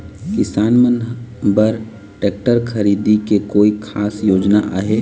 किसान मन बर ट्रैक्टर खरीदे के कोई खास योजना आहे?